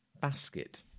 basket